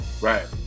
Right